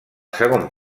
segon